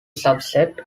subset